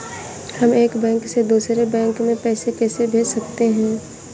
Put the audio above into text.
हम एक बैंक से दूसरे बैंक में पैसे कैसे भेज सकते हैं?